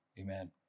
Amen